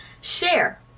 share